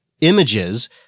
images